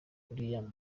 kuriya